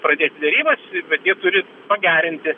pradėti derybas bet jie turi pagerinti